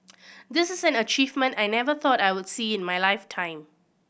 this is an achievement I never thought I would see in my lifetime